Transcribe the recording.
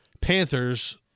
Panthers